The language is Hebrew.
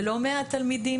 זה לא מעט תלמידים,